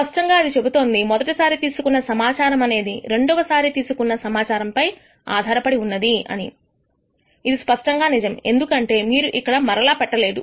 స్పష్టంగా అని చెబుతోంది మొదటిసారి తీసుకున్నా సమాచారము అనేది రెండోసారి తీసుకున్న సమాచారంపై ఆధారపడి ఉన్నది అని ఇది స్పష్టంగా నిజం ఎందుకంటే మీరు ఇక్కడ మరల పెట్టలేదు